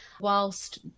Whilst